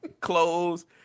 clothes